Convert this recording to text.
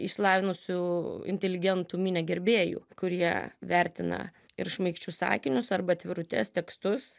išsilavinusių inteligentų minią gerbėjų kurie vertina ir šmaikščius sakinius arba atvirutes tekstus